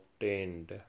obtained